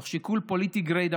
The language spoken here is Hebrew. מתוך שיקול פוליטי גרידא,